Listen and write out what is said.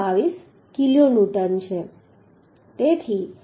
22 kilonewton છે